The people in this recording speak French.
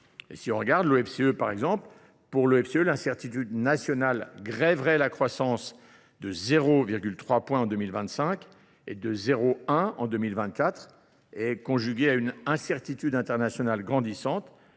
si on regarde l'OFCE, par exemple, pour l'OFCE, l'incertitude nationale grèverait la croissance de 0,3 points en 2025 et de 0,1 en 2024 et, conjuguée à une incertitude internationale grandissante,